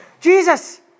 Jesus